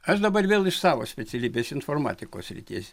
aš dabar vėl iš savo specialybės informatikos srities